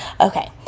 Okay